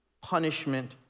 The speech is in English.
Punishment